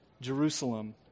Jerusalem